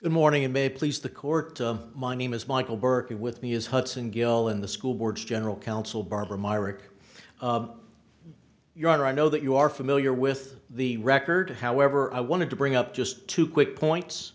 burke the morning in may please the court of my name is michael berkeley with me is hudson gill in the school board's general counsel barbara myrick your honor i know that you are familiar with the record however i wanted to bring up just two quick points